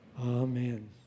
Amen